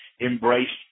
embraced